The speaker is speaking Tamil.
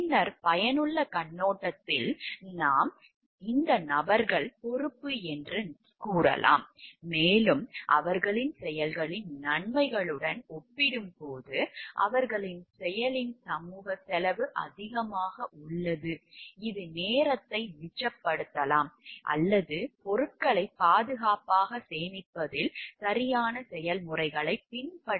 பின்னர் பயனுள்ள கண்ணோட்டத்தில் ஆம் இந்த நபர்கள் பொறுப்பு என்று நாம் கூறலாம் மேலும் அவர்களின் செயலின் நன்மைகளுடன் ஒப்பிடும்போது அவர்களின் செயலின் சமூக செலவு அதிகமாக உள்ளது இது நேரத்தை மிச்சப்படுத்தலாம் அல்லது பொருட்களை பாதுகாப்பாக சேமிப்பதில் சரியான செயல்முறைகளைப் பின்பற்றாமல் பணத்தை மிச்சப்படுத்தலாம்